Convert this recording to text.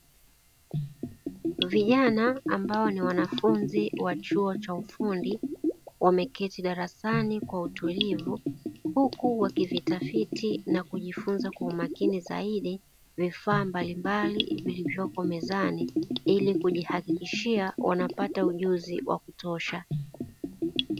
Vijana ambao ni wanafunzi wa chuo cha ufundi wameketi darasani kwa utulivu huku wakivitafiti na kujifunza kwa umakini zaidi vifaa mbalimbali vilivyopo mezani ili kujihakikishia wanapata ujuzi wa kutosha.